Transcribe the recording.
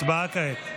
הצבעה כעת.